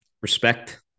Respect